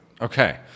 Okay